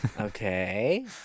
okay